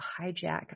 hijack